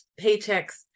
paychecks